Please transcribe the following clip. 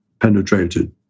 penetrated